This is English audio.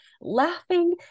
laughing